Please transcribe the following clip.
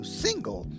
single